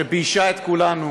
שביישה את כולנו